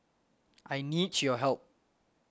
I need your help